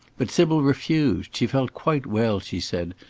but sybil refused she felt quite well, she said,